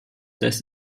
des